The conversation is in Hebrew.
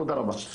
תודה רבה.